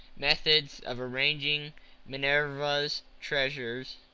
methods of arranging minerva's tresses,